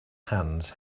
hands